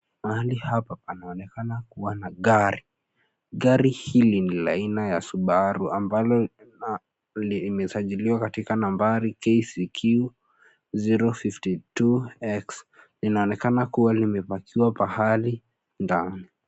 Mahali hapa panaonekana kuwa na gari, gari hili ni la aina ya subaru ambalo limesajiliwa katika nambari KCQ 052X linaonekana kuwa imepakiwa pahali ndani.